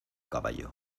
caballo